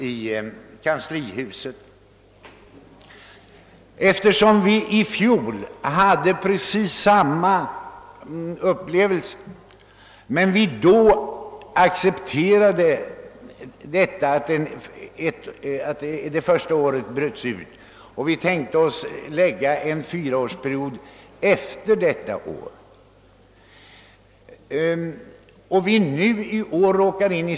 I fjol råkade vi ut för precis samma sak, men då accepterade vi att det första året bröts ut. Vi tänkte oss då en fyraårsperiod efter detta första år.